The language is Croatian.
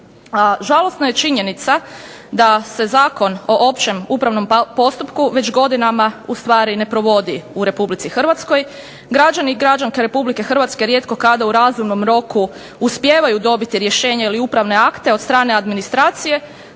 žalosna je činjenica da se Zakon o općem upravnom postupku već godinama ustvari ne provodi u RH. Građani i građanke RH rijetko kada u razumnom roku uspijevaju dobiti rješenja ili upravne akte od strane administracije